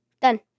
Done